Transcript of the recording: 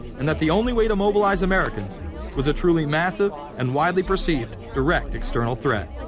and that the only way to mobilize americans was a truly massive. and widely perceived direct external threat.